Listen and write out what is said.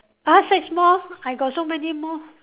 !huh! six more I got so many more